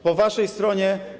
Po waszej stronie.